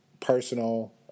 personal